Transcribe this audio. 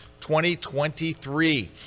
2023